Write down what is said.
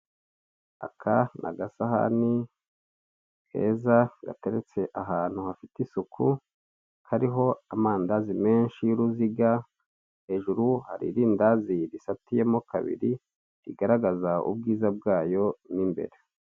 Aka ni agasahani keza gateretse ahantu hafite isuku hariho amandazi menshi y'uruziga, hejuru hari irindazi risatuyemo kabiri rigaragaza ubwiza bwayo mo imbere.